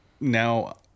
now